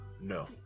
No